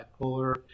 bipolar